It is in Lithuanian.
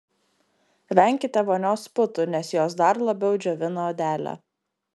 venkite vonios putų nes jos dar labiau džiovina odelę